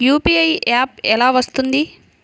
UPI app ఎలా వస్తుంది?